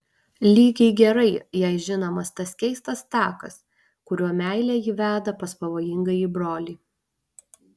lygiai gerai jai žinomas tas keistas takas kuriuo meilė jį veda pas pavojingąjį brolį